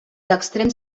extrems